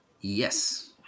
Yes